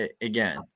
again